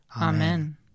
Amen